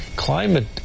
climate